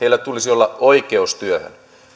tulisi olla oikeus työhön